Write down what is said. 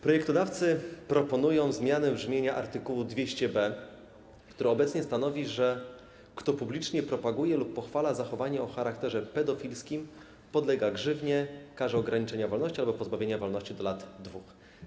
Projektodawcy proponują zmianę brzmienia art. 200b, który stanowi: „Kto publicznie propaguje lub pochwala zachowania o charakterze pedofilskim, podlega grzywnie, karze ograniczenia wolności albo pozbawienia wolności do lat 2”